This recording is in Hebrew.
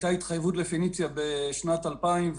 הייתה התחייבות ל"פניציה" בשנת 2012,